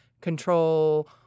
control